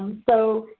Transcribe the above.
um so,